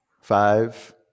Five